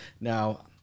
Now